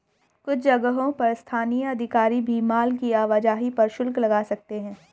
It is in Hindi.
कुछ जगहों पर स्थानीय अधिकारी भी माल की आवाजाही पर शुल्क लगा सकते हैं